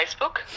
Facebook